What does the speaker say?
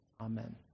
Amen